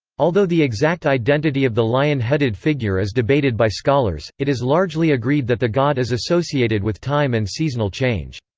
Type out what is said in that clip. although the exact identity of the lion-headed figure is debated by scholars, it is largely agreed that the god is associated with time and seasonal change.